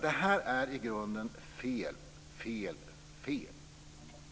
Det är i grunden fel, fel, fel.